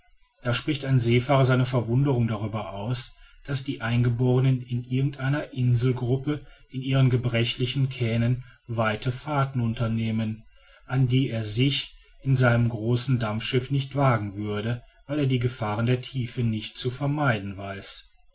da spricht ein seefahrer seine verwunderung darüber aus daß die eingeborenen in irgendeiner inselgruppe in ihren gebrechlichen kähnen weite fahrten unternehmen an die er sich in seinem großen dampfschiff nicht wagen würde weil er die gefahren der tiefe nicht zu vermeiden weiß